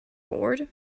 bored